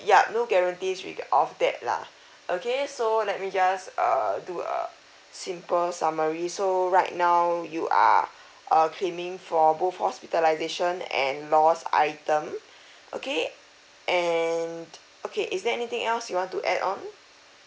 ya no guarantees reg~ of that lah okay so let me just err do a simple summary so right now you are uh claiming for both hospitalization and lost item okay and okay is there anything else you want to add on